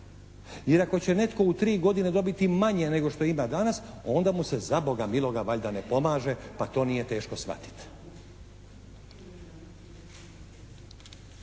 Jer ako će netko u 3 godine dobiti manje nego što ima danas onda mu se za Boga miloga valjda ne pomaže, pa to nije teško shvatiti.